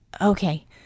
Okay